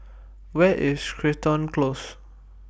Where IS Crichton Close